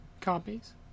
copies